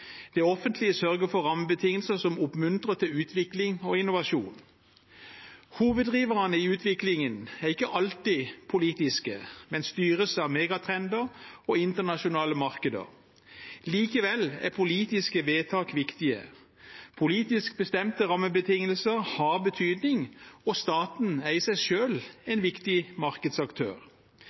Det offentlige sørger for rammebetingelser som oppmuntrer til utvikling og innovasjon. Hoveddriverne i utviklingen er ikke alltid politiske, men den styres av megatrender og internasjonale markeder. Likevel er politiske vedtak viktige. Politisk bestemte rammebetingelser har betydning, og staten er i seg selv en viktig markedsaktør.